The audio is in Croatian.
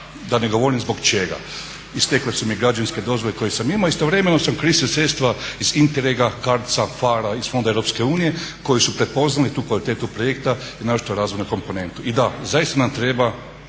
da ne govorim zbog čega. Istekle su mi građevinske dozvole koje sam imao. Istovremeno sam koristio sredstva iz INTEREGA, CARDS-a, PHARE iz fondova EU koji su prepoznali tu kvalitetu projekta i naročito razvojnu komponentu. I da, zaista nam treba